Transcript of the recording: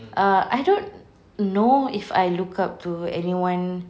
err I don't know if I look up to anyone